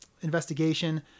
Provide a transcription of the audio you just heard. investigation